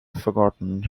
forgotten